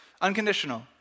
unconditional